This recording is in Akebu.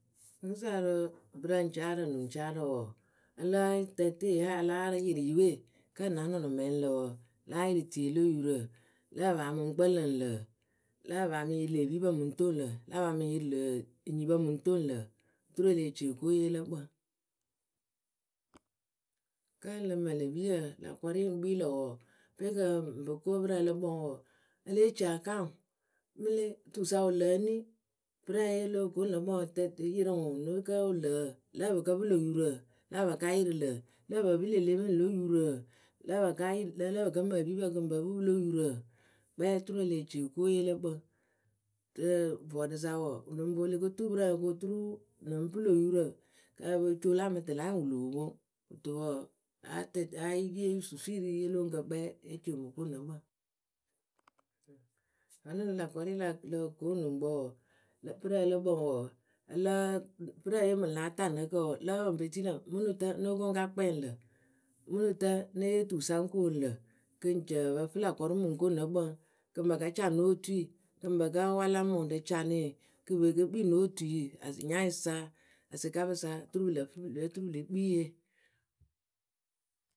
Rɨkɨsa rɨ bɨrǝŋcaarǝ, nuŋcaarǝ wɔɔ, a láa yɨ we, a láa yɩrɩ yɨ we kǝ́ na nɔnɔmɛɛ ŋ lǝ wǝ, láa yɩrɩ tie lo yurǝ? Lah pa ya mɨ ŋ kpǝlǝŋ lǝ̈?. lah pa mɨ ŋ yɩrɩ lë pipǝ mɨ ŋ toŋ lǝ̈, lah pa mɨ ŋ yɩrɩ lë nyipǝ mɨ ŋ toŋ lǝ̈, turu e leh ci ko yɨwe lǝ kpǝŋ Kǝ́ ǝ lǝ mǝ lë piyǝ lä kɔrɩ ŋ kpii lǝ̈ wɔɔ, pe kɨ ŋ po ko pɨrǝŋ lǝ kpǝŋ wɔɔ, e lée ci a kaŋ ŋwʊ Mɨ lee, tusa wɨ lǝ eni, pɨrǝŋ ye lo ko nǝ kpǝŋ yɩrɩ ŋwʊ kǝ́ wɨ lǝ ǝǝ lǝh pǝ kǝ pɨ lö yurǝ lah pa ka yɩrɩ lǝ̈ lǝh pǝ pɨ lë lee peni yurǝ?. Lǝh ka yɩ lǝ lǝh pǝ kǝ mǝ epipǝ kɨ ŋ pǝ pɨ pɨlo yurǝ. kpɛŋ oturu e leh ci oko ye lǝ kpǝŋ Rɨ vɔɔɖǝ sa wɔɔ wɨ lɨŋ poŋ o lo ko tuu pɨrǝŋ kɨ oturu lǝŋ pɨ lö yurǝ kɨ o po coolɨ a mɨ tɛlɩ anyɩŋ wɨ loo poŋ Kɨto wɔɔ, yee susui rɨ ye lo oŋuŋkǝ kpɛ ée ci o mɨ ko nǝ kpǝŋ., Vǝ́nɨ lä kɔrɩ la loh ko nuŋkpǝ wɔɔ, pɨrǝŋ lǝ kpǝŋ wɔɔ, láa, pɨrǝŋ ye mɨŋ láa taa nǝ kǝǝwǝ lǝ́ǝ pǝ ŋ pe tii lǝ̈ mɨ nutǝ ŋ́ nóo ko ŋ́ ka kpɛŋ lǝ̈ Mɨ nutǝ ŋ́ née yee tu sa ŋ́ koonu lǝ̈ kɨ ŋ ci ǝpǝ fɨ lä kɔrʊ mɨ ŋ ko nǝ kpǝŋ Kɨ ŋ pa ka ca no otui kɨ ŋ pa ka wala mɨ ŋwʊ rɨ canɩɩ kɨ pe ke kpii no otui anyaŋyǝ sa asɩkapǝ sa turu pɨ lǝ fɨ pɨ lǝ fɨ pɨ le kpii ye.